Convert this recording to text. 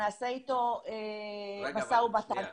ונעשה איתו משה ומתן נפרד,